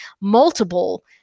multiple